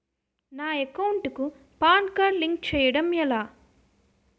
నా అకౌంట్ కు PAN card link చేయడం ఎలా?